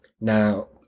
now